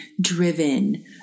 driven